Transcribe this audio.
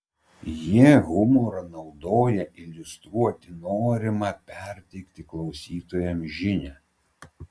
jie humorą naudoja iliustruoti norimą perteikti klausytojams žinią